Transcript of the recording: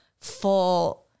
full